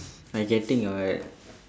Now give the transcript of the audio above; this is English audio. I getting what